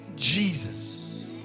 Jesus